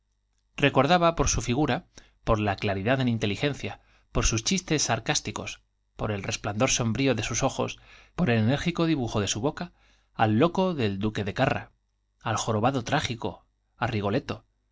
recordaba por su figura por la cla ridad en inteligencia por sus chistes sarcásticos por el resplandor sombrío de sus ojos por el enérgico dibujo de su boca al loco del duque de carr a al jorobado trágico á